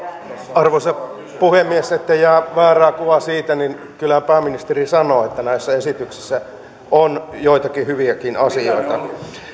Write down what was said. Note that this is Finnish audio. arvoisa puhemies ettei jää väärää kuvaa siitä niin kyllä pääministeri sanoi että näissä esityksissä on joitakin hyviäkin asioita